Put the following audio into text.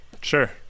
Sure